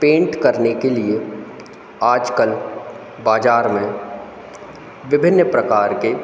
paint करने के लिए आजकल बाजार में विभिन्न प्रकार के